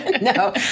no